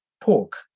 pork